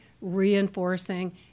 reinforcing